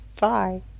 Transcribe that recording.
bye